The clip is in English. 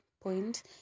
point